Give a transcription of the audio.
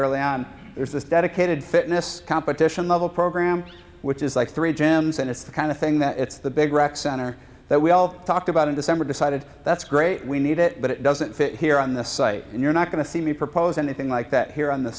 early and there's this dedicated fitness competition level program which is like three gems and it's the kind of thing that it's the big rec center that we all talked about in december decided that's great we need it but it doesn't fit here on this site and you're not going to see me propose anything like that here on the